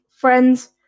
friends